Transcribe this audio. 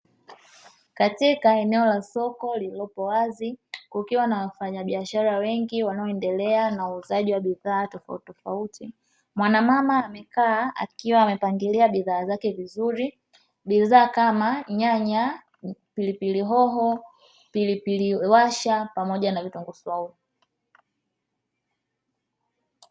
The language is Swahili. Katika eneo la soko lililopo wazi kukiwa na wafanyabiashara wengi wakiendelea na uuzaji wa bidhaa tofauti tofauti. Mwanamama amekaa akiwa amepangilia bidhaa zake vizuri, bidhaa kama nyanya, pilipili hoho, pilipili washa pamoja na vitunguu swaumu.